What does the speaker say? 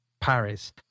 Paris